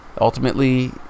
Ultimately